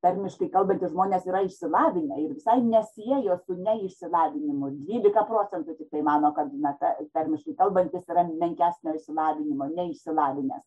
tarmiškai kalbantys žmonės yra išsilavinę ir visai nesiejo su neišsilavinimu dvylika procentų tiktai mano kad na ta tarmiškai kalbantis yra menkesnio išsilavinimo neišsilavinęs